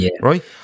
right